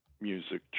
music